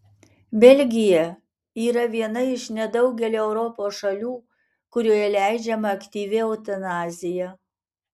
belgija yra viena iš nedaugelio europos šalių kurioje leidžiama aktyvi eutanazija